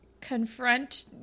confront